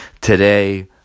Today